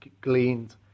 gleaned